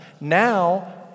Now